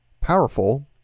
powerful